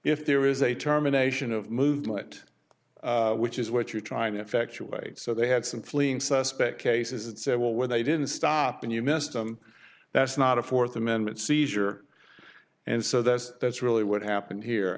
if there is a terminations of movement which is what you're trying to effectuate so they had some fleeing suspect cases and said well where they didn't stop and you missed them that's not a fourth amendment seizure and so that's that's really what happened here